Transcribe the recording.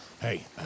Hey